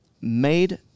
made